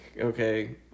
okay